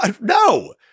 no